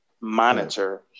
monitor